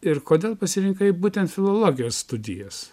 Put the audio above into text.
ir kodėl pasirinkai būtent filologijos studijas